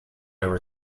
over